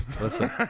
Listen